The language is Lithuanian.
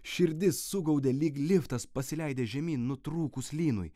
širdis sugaudė lyg liftas pasileidęs žemyn nutrūkus lynui